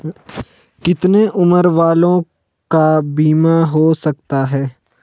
कितने उम्र वालों का बीमा हो सकता है?